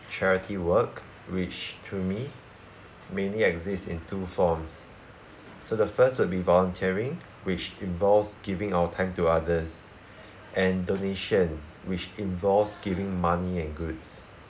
charity work which to me mainly exist in two forms so the first would be volunteering which involves giving our time to others and donation which involves giving money and goods